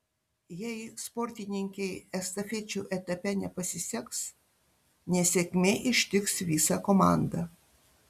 jei sportininkei estafečių etape nepasiseks nesėkmė ištiks visą komandą